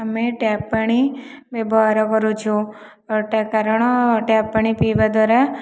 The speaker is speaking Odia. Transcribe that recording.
ଆମେ ଟ୍ୟାପ ପାଣି ବ୍ୟବହାର କରୁଛୁ କାରଣ ଟ୍ୟାପ ପାଣି ପିଇବା ଦ୍ୱାରା